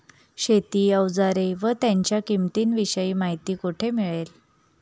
शेती औजारे व त्यांच्या किंमतीविषयी माहिती कोठे मिळेल?